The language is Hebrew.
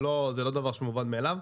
זה לא דבר מובן מאליו.